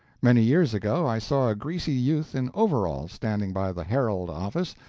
many years ago, i saw a greasy youth in overalls standing by the herald office,